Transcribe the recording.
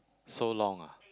so long ah